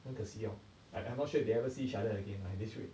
很可惜 hor I'm not sure if they ever see each other again ah this way